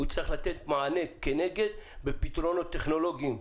הוא יצטרך לתת מענה כנגד בפתרונות טכנולוגיים,